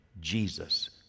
Jesus